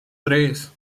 tres